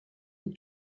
une